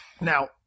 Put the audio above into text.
Now